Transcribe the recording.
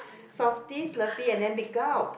softee Slurpee and then big gulp